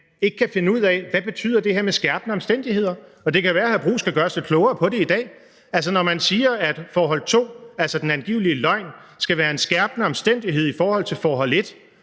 ikke kan finde ud af, hvad det her med skærpende omstændigheder betyder. Det kan være, hr. Jeppe Bruus kan gøre os lidt klogere på det i dag. Når man siger, at forhold to, altså den angivelige løgn, skal være en skærpende omstændighed i forhold til forhold et,